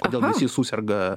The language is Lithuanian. kodėl visi suserga